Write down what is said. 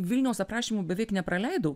vilniaus aprašymų beveik nepraleidau